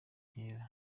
nkera